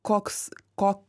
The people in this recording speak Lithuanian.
koks ko